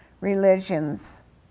religions